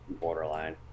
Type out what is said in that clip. borderline